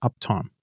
uptime